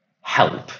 help